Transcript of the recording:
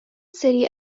city